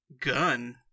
gun